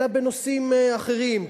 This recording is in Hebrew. אלא בנושאים אחרים.